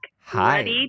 Hi